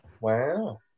Wow